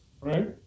right